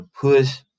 push